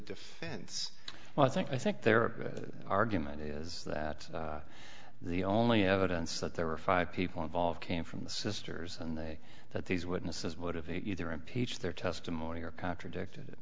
defense well i think i think they're a good argument is that the only evidence that there were five people involved came from the sisters and they that these witnesses motivate either impeach their testimony or contradicted